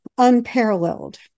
unparalleled